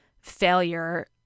failure